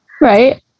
Right